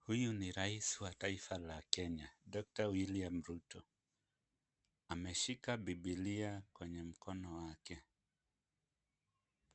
Huyu ni rais wa taifa la Kenya Dr . William Ruto. Ameshika biblia kwenye mkono wake.